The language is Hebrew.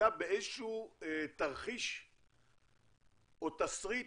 הייתה באיזה שהוא תרחיש או תסריט